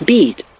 Beat